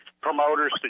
promoters